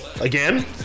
again